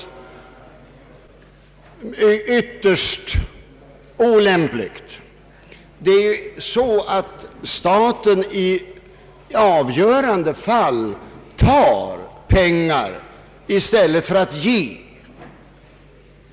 I avgörande fall tar ju staten pengar i stället för att ge.